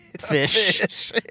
fish